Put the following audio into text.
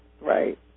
Right